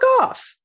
off